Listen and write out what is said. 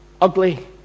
ugly